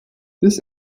this